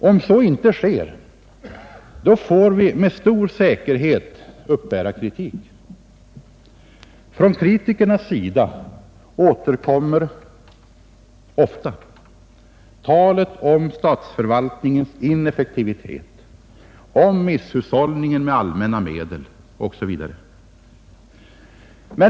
Om så inte sker får vi med stor säkerhet uppbära kritik. Från kritikernas sida återkommer ofta talet om statsförvaltningens ineffektivitet, om misshushållningen med allmänna medel osv.